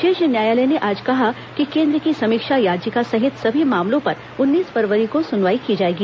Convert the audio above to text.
शीर्ष न्यायालय ने आज कहा कि केन्द्र की समीक्षा याचिका सहित सभी मामलों पर उन्नीस फरवरी को सुनवाई की जाएगी